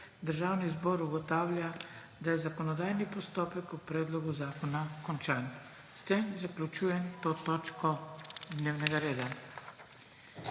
državni zbor ugotavlja, da je zakonodajni postopek o predlogu zakona končan. S tem zaključujem to točko dnevnega reda.